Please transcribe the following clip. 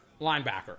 linebacker